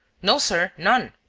no, sir none.